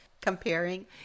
comparing